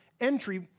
entry